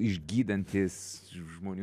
išgydantys žmonių